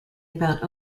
about